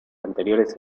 anteriores